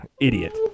idiot